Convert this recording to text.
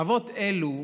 חוות אלו,